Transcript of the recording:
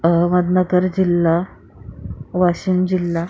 अहमदनगर जिल्हा वाशिम जिल्हा